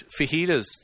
fajitas